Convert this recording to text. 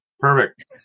Perfect